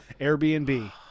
Airbnb